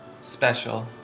special